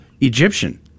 Egyptian